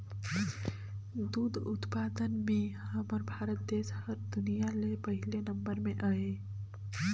दूद उत्पादन में हमर भारत देस हर दुनिया ले पहिले नंबर में हे